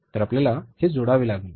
तर आपल्याला हे जोडावे लागेल